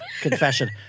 confession